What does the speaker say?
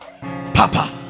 Papa